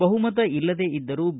ಬಹುಮತ ಇಲ್ಲದೇ ಇದ್ದರೂ ಬಿ